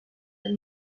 del